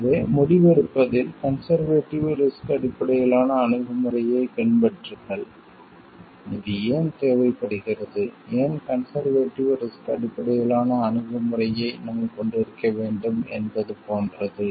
எனவே முடிவெடுப்பதில் conservative risk அடிப்படையிலான அணுகு முறையைப் பின்பற்றுங்கள் இது ஏன் தேவைப்படுகிறது ஏன் கன்செர்வேடிவ் ரிஸ்க் அடிப்படையிலான அணுகு முறையை நாம் கொண்டிருக்க வேண்டும் என்பது போன்றது